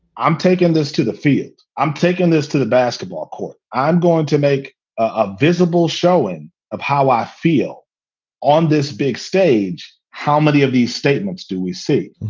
i'm taking this to the field, i'm taking this to the basketball court. i'm going to make a visible showing of how i feel on this big stage. how many of these statements do we see?